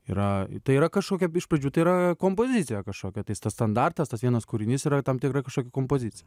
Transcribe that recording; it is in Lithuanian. yra tai yra kažkokia iš pradžių tai yra kompozicija kažkokia tais tas standartas tas vienas kūrinys yra tam tikra kažkokia kompozicija